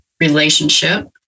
relationship